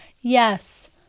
yes